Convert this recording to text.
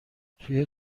توی